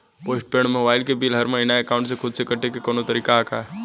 Post paid mobile क bill हर महिना एकाउंट से खुद से कटे क कौनो तरीका ह का?